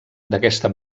d’aquesta